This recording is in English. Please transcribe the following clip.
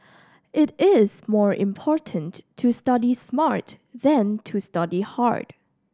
it is more important to study smart than to study hard